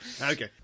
Okay